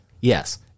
Yes